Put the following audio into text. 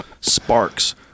sparks